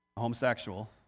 homosexual